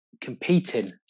competing